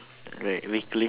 like weekly